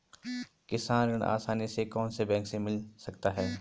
किसान ऋण आसानी से कौनसे बैंक से मिल सकता है?